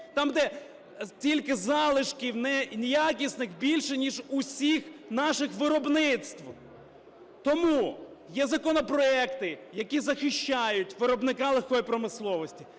там, де тільки залишків неякісних більше, ніж усіх наших виробництв. Тому є законопроекти, які захищають виробника легкої промисловості.